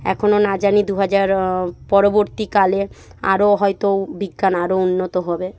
এখনও না জানি দু হাজার পরবর্তীকালের আরও হয়তো বিজ্ঞান আরও উন্নত হবে